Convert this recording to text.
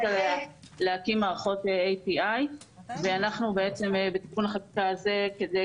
עליה להקים מערכות API. בתיקון החקיקה הזה באנו כדי